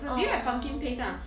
!aww!